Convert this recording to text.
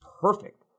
perfect